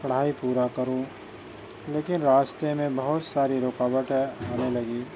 پڑھائی پورا کروں لیکن راستے میں بہت ساری رکاوٹیں آنے لگیں